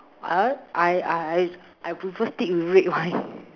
uh I I I I prefer steak with red wine